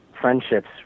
friendships